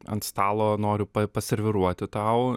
ant stalo noriu pa paserviruoti tau